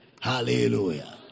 hallelujah